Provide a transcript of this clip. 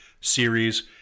series